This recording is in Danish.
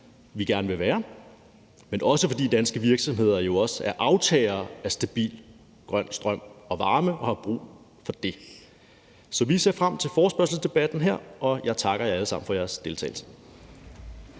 vi gerne vil være, men også, fordi danske virksomheder jo også er aftagere af stabil grøn strøm og varme og har brug for det. Så vi ser frem til forespørgselsdebatten her, og jeg takker jer alle sammen for jeres deltagelse.